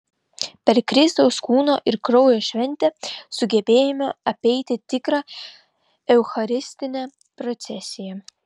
per kristaus kūno ir kraujo šventę sugebėjome apeiti tikrą eucharistinę procesiją